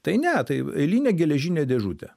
tai ne tai eilinė geležinė dėžutė